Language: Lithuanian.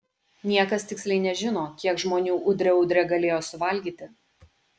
niekas tiksliai nežino kiek žmonių udre udre galėjo suvalgyti